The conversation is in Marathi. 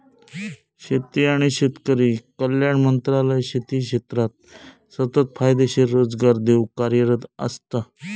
शेती आणि शेतकरी कल्याण मंत्रालय शेती क्षेत्राक सतत फायदेशीर रोजगार देऊक कार्यरत असता